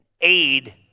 aid